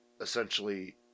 essentially